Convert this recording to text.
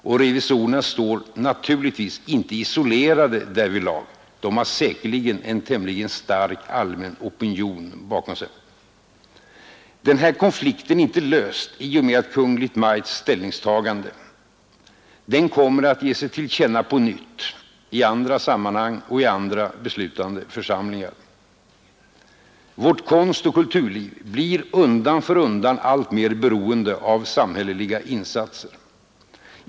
Och revisorerna står naturligtvis inte isolerade därvidlag — de har säkerligen en tämligen stark allmän opinion bakom sig. Den här konflikten är inte löst i och med Kungl. Maj:ts ställningstagande. Den kommer att ge sig till känna på nytt — i andra sammanhang och i andra beslutande församlingar. Vårt konstoch kulturliv blir undan för undan alltmer beroende av samhälleliga insatser.